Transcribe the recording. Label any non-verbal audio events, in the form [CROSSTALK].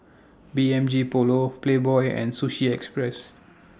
B M G Polo Playboy and Sushi Express [NOISE]